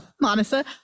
monica